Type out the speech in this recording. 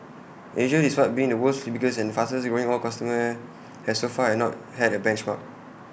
Asia despite being the world's biggest and fastest growing oil costumer has so far and not had A benchmark